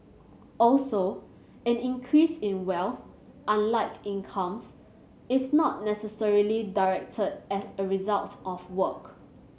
also an increase in wealth unlike incomes is not necessarily direct a result of work